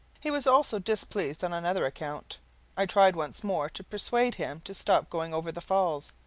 he was also displeased on another account i tried once more to persuade him to stop going over the falls.